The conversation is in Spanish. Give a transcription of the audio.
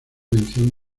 mención